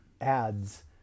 ads